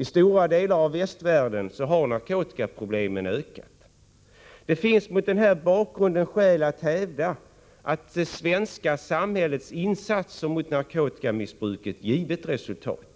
I stora delar av västvärlden har narkotikaproblemen fortsatt att öka. Det finns mot denna bakgrund skäl att hävda att det svenska samhällets insatser mot narkotikamissbruket givit resultat.